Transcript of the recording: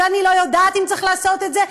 ואני לא יודעת אם צריך לעשות את זה,